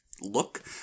look